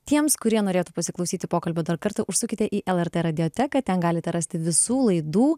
tiems kurie norėtų pasiklausyti pokalbio dar kartą užsukite į lrt radioteką ten galite rasti visų laidų